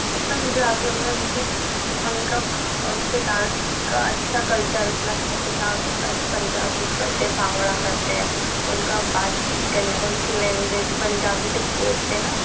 کیونکہ پنجابیوں میں ان کی ان کا ان کے ڈانس کا اچھا کلچر اتنا اچھا لگتا ہے ڈانس اتنا پنجابی کرتے ہیں بھنگڑا کرتے ہیں ان کا بات چیت کرنے کا ان کی لینگویج پنجابی جب بولتے ہیں نا